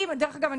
דרך אגב,